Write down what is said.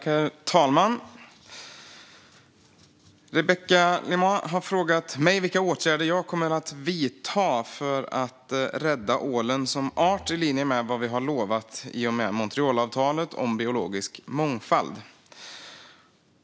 Herr talman! Rebecka Le Moine har frågat mig vilka åtgärder jag kommer att vidta för att rädda ålen som art, i linje med vad vi har lovat i och med Montrealavtalet om biologisk mångfald.